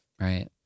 Right